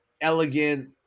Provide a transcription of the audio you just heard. elegant